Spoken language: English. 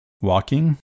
walking